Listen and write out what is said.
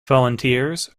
volunteers